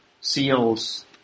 seals